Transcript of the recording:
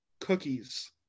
cookies